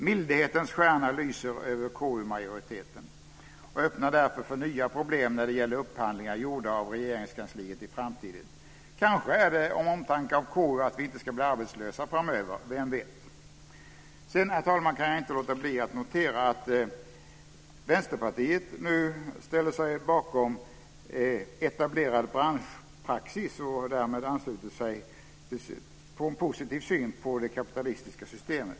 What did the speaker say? Mildhetens stjärna lyser över KU-majoriteten och öppnar därför för nya problem när det gäller upphandlingar gjorda av Regeringskansliet i framtiden. Kanske är det av omtanke om KU, att vi inte ska bli arbetslösa framöver - vem vet? Herr talman! Jag kan inte låta bli att notera att Vänsterpartiet nu ställer sig bakom etablerad branschpraxis och därmed ansluter sig till en positiv syn på det kapitalistiska systemet.